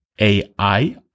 AI